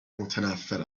متنفّر